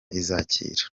izakira